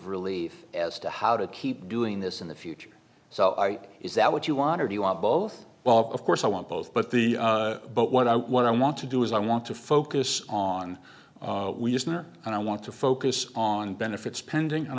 relief as to how to keep doing this in the future so i is that what you want or do you want both well of course i want both but the but what i what i want to do is i want to focus on we just were and i want to focus on benefit spending and